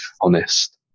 honest